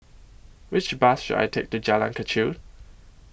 Which Bus should I Take to Jalan Kechil